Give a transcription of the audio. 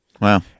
Wow